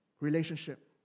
Relationship